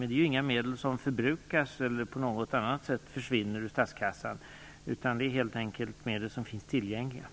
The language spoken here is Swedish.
Men det är inga medel som förbrukas eller på något annat sätt försvinner ur statskassan. Det är helt enkelt medel som finns tillgängliga.